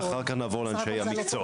ואחר כך נעבור לבעלי המקצוע.